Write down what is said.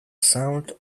sound